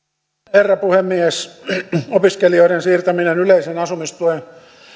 herra puhemies opiskelijoiden siirtäminen yleisen asumistuen